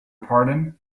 pardon